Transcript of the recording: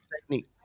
technique